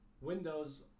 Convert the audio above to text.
Windows